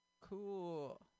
Cool